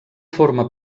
forma